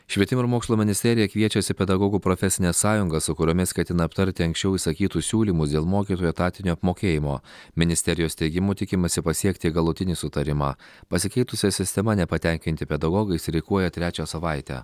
švietimo ir mokslo ministerija kviečiasi pedagogų profesines sąjungas su kuriomis ketina aptarti anksčiau išsakytus siūlymus dėl mokytojų etatinio apmokėjimo ministerijos teigimu tikimasi pasiekti galutinį sutarimą pasikeitusia sistema nepatenkinti pedagogai streikuoja trečią savaitę